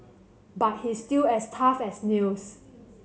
but he's still as tough as nails